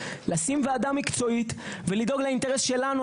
לשים ועדה מקצועית ולדאוג לאינטרס שלנו,